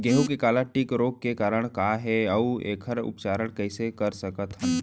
गेहूँ के काला टिक रोग के कारण का हे अऊ एखर उपचार कइसे कर सकत हन?